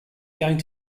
going